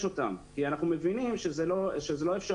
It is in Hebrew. אותם כי אנחנו מבינים שזה לא אפשרי.